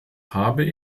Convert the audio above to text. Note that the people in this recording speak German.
habe